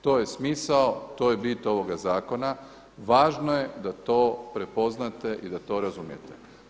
To je smisao to je bit ovoga zakona, važno je da to prepoznate i da to razumijete.